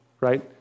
Right